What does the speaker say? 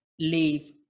leave